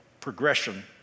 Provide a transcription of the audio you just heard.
progression